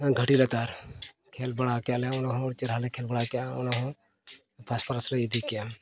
ᱜᱷᱟᱹᱴᱤ ᱞᱟᱛᱟᱨ ᱠᱷᱮᱞ ᱵᱟᱲᱟ ᱠᱮᱜᱼᱟ ᱞᱮ ᱟᱹᱰᱤ ᱪᱮᱦᱨᱟ ᱞᱮ ᱠᱷᱮᱞ ᱵᱟᱲᱟ ᱠᱮᱜᱼᱟ ᱚᱸᱰᱮ ᱦᱚᱸ ᱯᱷᱟᱥᱴ ᱯᱨᱟᱭᱤᱡᱽ ᱞᱮ ᱤᱫᱤ ᱠᱮᱜᱼᱟ